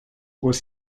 was